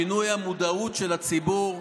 שינוי המודעות של הציבור,